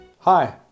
Hi